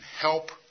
help